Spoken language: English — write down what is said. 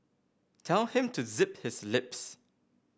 tell him to zip his lip